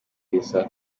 heza